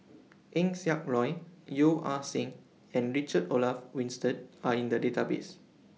Eng Siak Loy Yeo Ah Seng and Richard Olaf Winstedt Are in The Database